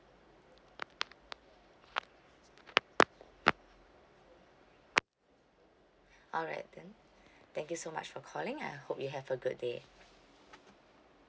alright then thank you so much for calling I hope you have a good day